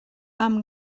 amb